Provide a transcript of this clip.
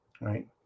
right